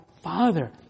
father